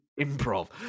Improv